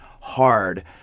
hard